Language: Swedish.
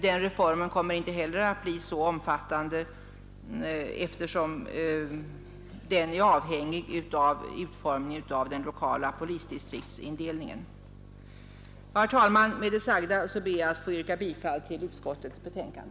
Den reformen kommer inte heller att bli så omfattande, eftersom den är avhängig av utformningen av den lokala polisdistriktsindelningen. Herr talman! Med det sagda ber jag att få yrka bifall till utskottets förslag.